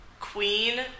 Queen